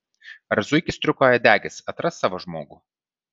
ar zuikis striukauodegis atras savo žmogų